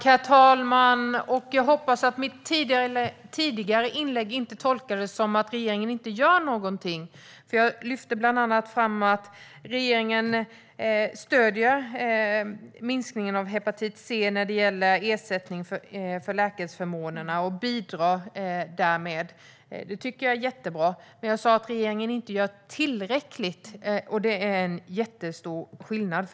Herr talman! Jag hoppas att mitt tidigare inlägg inte tolkades som att regeringen inte gör någonting, för jag lyfte bland annat fram att regeringen stöder minskningen av hepatit C när det gäller ersättning för läkemedelsförmånerna och att man därmed bidrar. Det tycker jag är jättebra, men jag sa att regeringen inte gör tillräckligt, och det är en jättestor skillnad.